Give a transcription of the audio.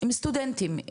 הם סטודנטים,